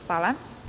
Hvala.